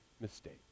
mistake